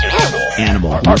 Animal